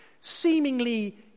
seemingly